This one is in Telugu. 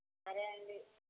సరే అండి